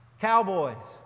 Cowboys